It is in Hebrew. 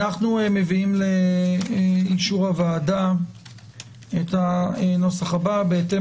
אנחנו מביאים לאישור הוועדה את הנוסח הבא: בהתאם